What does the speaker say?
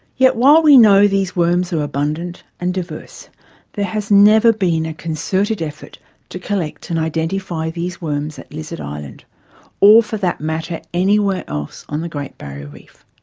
yet while we know these worms are abundant and diverse there has never been a concerted effort to collect and identify these worms at lizard and or for that matter anywhere else on the great barrier reef.